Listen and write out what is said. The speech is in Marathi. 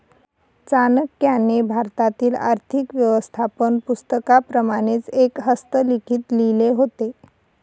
चाणक्याने भारतातील आर्थिक व्यवस्थापन पुस्तकाप्रमाणेच एक हस्तलिखित लिहिले होते